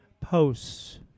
posts